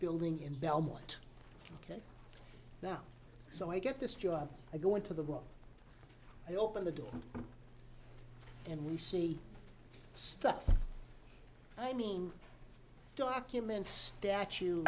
building in belmont ok now so i get this job i go into the work they open the door and we see stuff i mean document statue